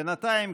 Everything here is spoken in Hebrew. בינתיים,